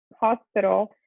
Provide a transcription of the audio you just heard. hospital